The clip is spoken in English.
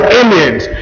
aliens